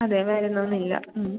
അതെ വരണമെന്നില്ല